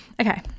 Okay